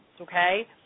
okay